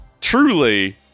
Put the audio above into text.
truly